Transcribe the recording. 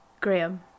Graham